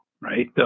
Right